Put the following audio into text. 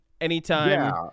Anytime